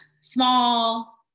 small